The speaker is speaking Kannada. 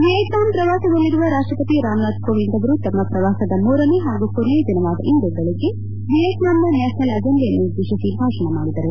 ವಿಯೆಟ್ನಾಂ ಪ್ರವಾಸದಲ್ಲಿರುವ ರಾಷ್ಟಪತಿ ರಾಮನಾಥ್ ಕೋವಿಂದ್ ಅವರು ತಮ್ಮ ಶ್ರವಾಸದ ಮೂರನೇ ಹಾಗೂ ಕೊನೆಯ ದಿನವಾದ ಇಂದು ದೆಳಿಗ್ಗೆ ವಿಯೆಟ್ನಾಂ ನ್ಯಾಪನಲ್ ಅಸೆಂಬ್ಲಿಯನ್ನುದ್ದೇತಿಸಿ ಭಾಷಣ ಮಾಡಿದರು